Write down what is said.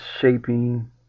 shaping